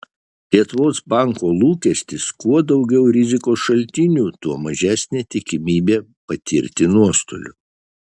lietuvos banko lūkestis kuo daugiau rizikos šaltinių tuo mažesnė tikimybė patirti nuostolių